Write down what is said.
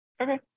Okay